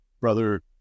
Brother